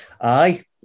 Aye